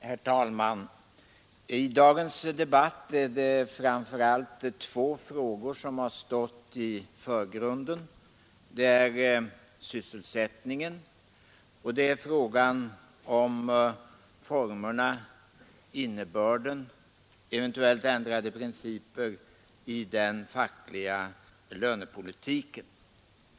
Herr talman! I dagens debatt är det framför allt två frågor som har stått i förgrunden. Det är sysselsättningen och det är frågan om formerna, innebörden och eventuellt ändrade principer i den fackliga lönepolitiken.